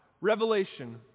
revelation